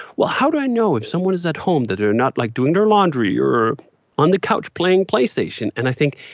well, how do i know, if someone is at home, that they're not, like, doing their laundry or on the couch playing playstation? and i think,